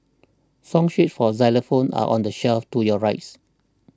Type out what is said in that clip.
song sheets for xylophones are on the shelf to your rice